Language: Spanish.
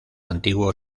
antiguo